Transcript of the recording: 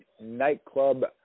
nightclub &